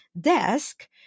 desk